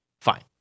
fine